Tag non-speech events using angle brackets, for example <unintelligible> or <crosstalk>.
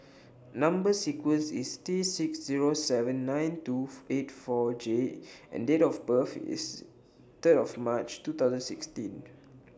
Number sequence IS T six seven nine two <unintelligible> eight four J and Date of birth IS Third of March two thousand sixteen